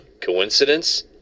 Coincidence